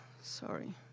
sorry